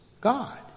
God